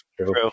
True